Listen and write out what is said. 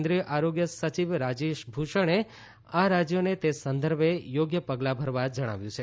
કેન્દ્રીય આરોગ્ય સચિવ રાજેશ ભૂષણે આ રાજ્યોને તે સંદર્ભે યોગ્ય પગલા ભરવા જણાવ્યું છે